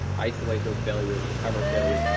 isolate those failures, recover failures.